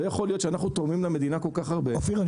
הוא אומר שלא יכול להיות שאנחנו תורמים למדינה כל כך הרבה --- אופיר,